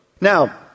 Now